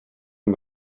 him